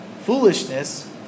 foolishness